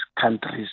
countries